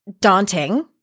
daunting